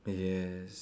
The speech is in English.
yes